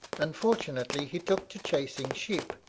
unfortunately he took to chasing sheep,